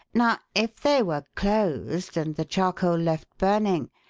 now if they were closed and the charcoal left burning,